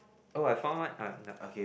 oh I found one uh no